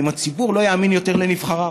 אם הציבור לא יאמין יותר לנבחריו,